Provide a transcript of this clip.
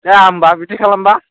जाया होनबा बिदि खालामबा